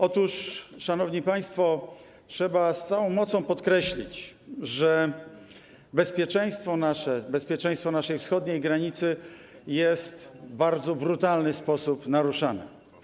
Otóż, szanowni państwo, trzeba z całą mocą podkreślić, że bezpieczeństwo nasze, bezpieczeństwo naszej wschodniej granicy jest w bardzo brutalny sposób naruszane.